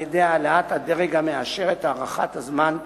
על-ידי העלאת הדרג המאשר את הארכת הזמן,